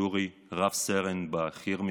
יורי, רב-סרן בחי"ר ממונע,